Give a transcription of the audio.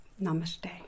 Namaste